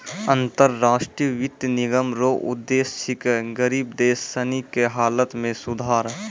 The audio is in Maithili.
अन्तर राष्ट्रीय वित्त निगम रो उद्देश्य छिकै गरीब देश सनी के हालत मे सुधार